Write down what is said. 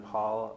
Paul